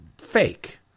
fake